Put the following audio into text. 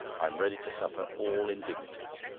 i'm ready to suffer all indignities.